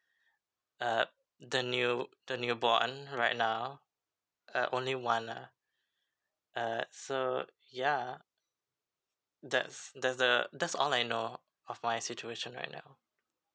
uh the new the newborn right now uh only one ah uh so ya that's that's the that's all I know of my situation right now